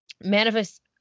manifest